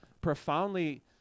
profoundly